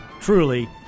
truly